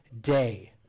day